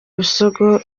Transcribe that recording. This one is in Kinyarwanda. busogo